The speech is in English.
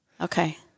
Okay